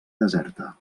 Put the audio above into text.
deserta